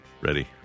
Ready